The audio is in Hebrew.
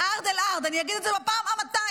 אל-ארד, אל-ארד, אני אגיד את זה בפעם המאתיים.